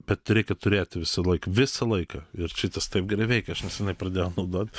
bet reikia turėti visąlaik visą laiką ir šitas taip gerai veikia ąš neseniai pradėjau naudot